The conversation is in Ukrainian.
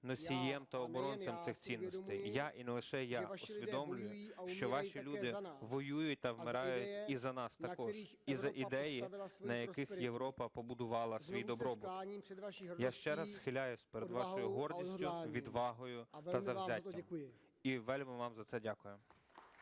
носієм та оборонцем цих цінностей. Я, і не лише я, усвідомлюю, що ваші люди воюють та вмирають і за нас також, і за ідеї, на яких Європа побудувала свій добробут. Я ще раз схиляються перед вашою гордістю, відвагою та завзяттям. І вельми вам за це дякую.